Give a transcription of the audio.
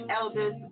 elders